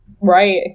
Right